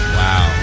wow